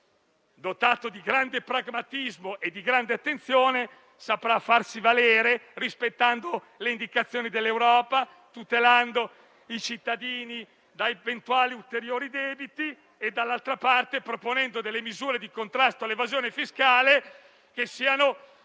dotato di grande pragmatismo e di grande attenzione, saprà farsi valere su questo punto, rispettando le indicazioni dell'Europa, tutelando i cittadini da eventuali ulteriori debiti e, d'altra parte, proponendo misure di contrasto all'evasione fiscale più serie,